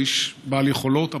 הוא איש בעל יכולות,